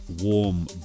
warm